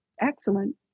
excellent